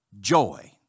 Joy